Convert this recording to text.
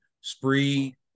Spree